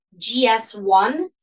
GS1